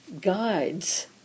guides